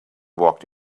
walked